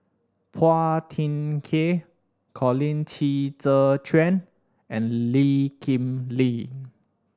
Phua Thin Kiay Colin Qi Zhe Quan and Lee Kip Lin